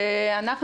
אנחנו